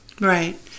Right